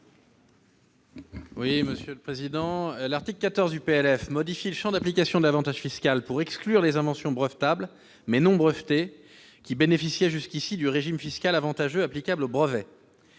du projet de loi de finances pour 2019 modifie le champ d'application de l'avantage fiscal pour exclure les inventions brevetables, mais non brevetées, qui bénéficiaient jusqu'ici du régime fiscal avantageux applicable aux brevets.